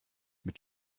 mit